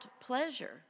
pleasure